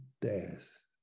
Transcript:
death